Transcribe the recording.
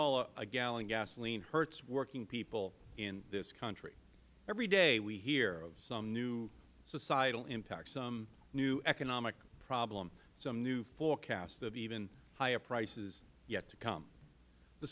dollars a gallon gasoline hurts working people in this country every day we hear of some new societal impact some new economic problem some new forecast of even higher prices yet to come the